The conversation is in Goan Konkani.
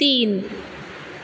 तीन